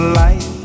light